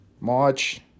March